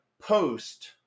post